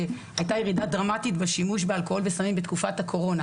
הייתה ירידה דרמטית בשימוש באלכוהול וסמים בתקופת הקורונה